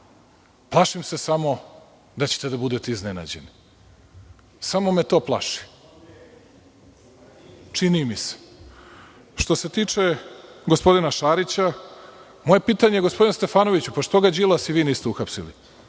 Plašim se samo da ćete da budete iznenađeni. Samo me to plaši, čini mi se. Što se tiče gospodina Šarića, moje pitanje gospodinu Stefanoviću je – što ga Đilas i vi niste uhapsili?